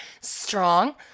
strong